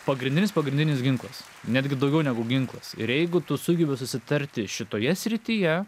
pagrindinis pagrindinis ginklas netgi daugiau negu ginklas ir jeigu tu sugebi susitarti šitoje srityje